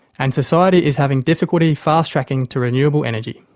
and society is having difficulty fast-tracking to renewable energy.